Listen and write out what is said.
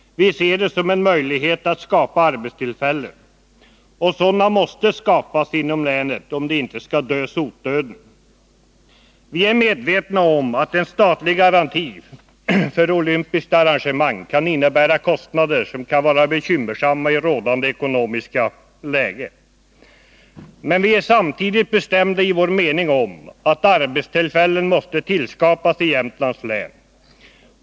Vi ser det som en möjlighet att skapa arbetstillfällen. Och sådana måste skapas inom länet om det inte skall dö sotdöden. Vi är medvetna om att en statlig garanti för ett olympiskt arrangemang kan innebära kostnader som kan vara bekymmersamma i rådande ekonomiska läge. Men vi är samtidigt bestämda i vår mening, att arbetstillfällen måste tillskapas i Jämtlands län.